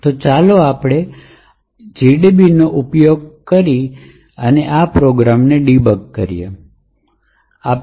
તો ચાલો આપણે આ કરીએ આપણે GDB ડીબગરનો ઉપયોગ કરીને આ કરીશું